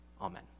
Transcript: Amen